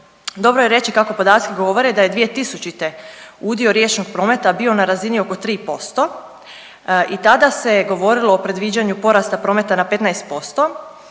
dobro je reći kako podaci govore da je 2000. udio riječnog prometa bio na razini oko 3% i tada se govorilo o predviđanju porasta prometa na 15%.